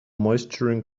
moisturising